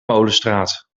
molenstraat